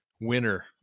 winner